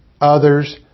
others